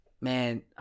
Man